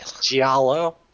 Giallo